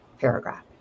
paragraph